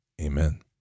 Amen